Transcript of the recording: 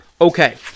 Okay